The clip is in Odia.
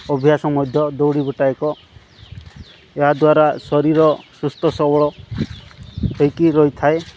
ଅଭ୍ୟାସ ମଧ୍ୟ ଦୌଡ଼ିବାଟା ଏକ ଏହା ଦ୍ୱାରା ଶରୀର ସୁସ୍ଥ ସବଳ ହୋଇକି ରହିଥାଏ